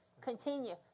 continue